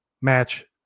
match